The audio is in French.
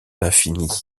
l’infini